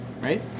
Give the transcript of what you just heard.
right